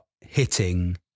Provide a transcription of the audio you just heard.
hitting